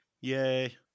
Yay